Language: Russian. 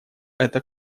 это